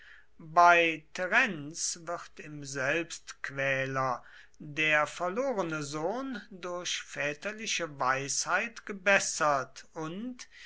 bei terenz wird im selbstquäler der verlorene sohn durch väterliche weisheit gebessert und